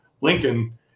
lincoln